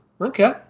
okay